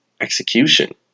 execution